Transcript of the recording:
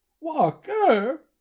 Walker